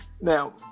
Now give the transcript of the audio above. Now